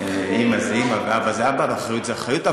אימא זה אימא, ואבא זה אבא ואחריות זה אחריות.